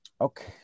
Okay